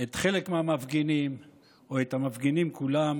את חלק מהמפגינים או את המפגינים כולם,